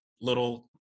little